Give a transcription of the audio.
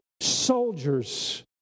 soldiers